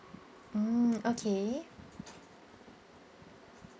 mm okay